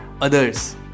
others